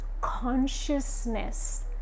consciousness